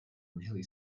really